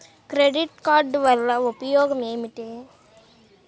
Credit card వల్ల ఉపయోగం ఏమిటీ?